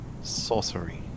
Sorcery